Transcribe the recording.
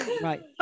Right